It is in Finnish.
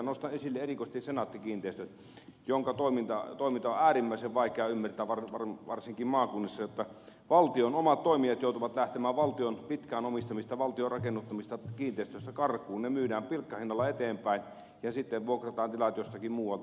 nostan esille erikoisesti senaatti kiinteistöt jonka toimintaa on äärimmäisen vaikea ymmärtää varsinkin maakunnissa jotta valtion omat toimijat joutuvat lähtemään valtion pitkään omistamista valtion rakennuttamista kiinteistöistä karkuun ne myydään pilkkahinnalla eteenpäin ja sitten vuokrataan tilat jostakin muualta